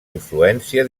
influència